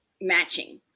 matching